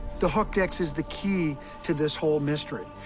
the hooked x is the key to this whole mystery.